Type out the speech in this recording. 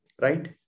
right